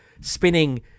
spinning